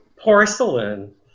Porcelain